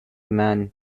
man